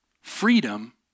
freedom